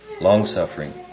long-suffering